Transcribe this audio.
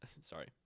Sorry